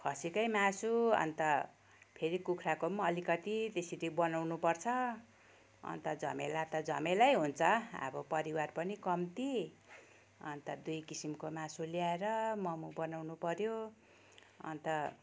खसीकै मासु अन्त फेरि कुखुराको पनि अलिकति त्यसरी बनाउनु पर्छ अन्त झमेला त झमेलै हुन्छ अब परिवार पनि कम्ती अन्त दुई किसिमको मासु ल्याएर मोमो बनाउनु पऱ्यो अन्त